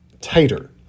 tighter